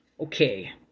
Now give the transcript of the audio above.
Okay